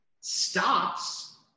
stops